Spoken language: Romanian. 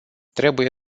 trebuie